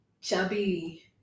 chubby